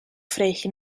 freegje